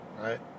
right